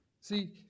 See